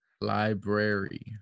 Library